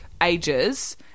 ages